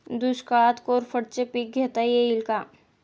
दुष्काळात कोरफडचे पीक घेता येईल का?